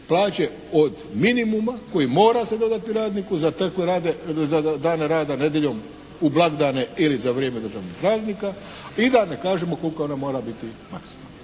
plaće od minimuma koji mora se dodati radniku za te koje rade, za dane rada nedjeljom, u blagdane ili za vrijeme državnih praznika i da ne kažemo koliko ona mora biti maksimalno.